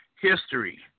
history